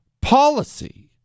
policy